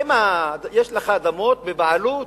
האם יש לך אדמות בבעלות?